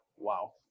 Wow